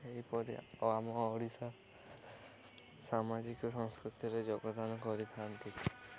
ଏହିପରି ଆମ ଓଡ଼ିଶା ସାମାଜିକ ସଂସ୍କୃତିରେ ଯୋଗଦାନ କରିଥାନ୍ତି